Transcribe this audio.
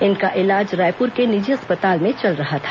इनका इलाज रायपुर के निजी अस्पताल में चल रहा था